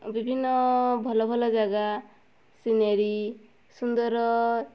ବିଭିନ୍ନ ଭଲ ଭଲ ଜାଗା ସିନେରୀ ସୁନ୍ଦର